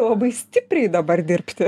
labai stipriai dabar dirbti